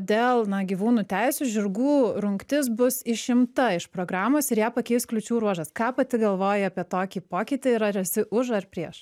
dėl na gyvūnų teisių žirgų rungtis bus išimta iš programos ir ją pakeis kliūčių ruožas ką pati galvoji apie tokį pokytį ir ar esi už ar prieš